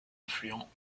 affluent